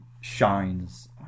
shines